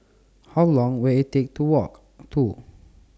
How Long Will IT Take to Walk to